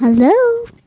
Hello